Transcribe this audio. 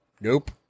Nope